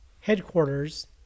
headquarters